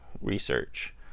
research